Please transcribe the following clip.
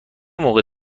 موقع